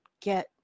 get